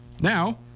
Now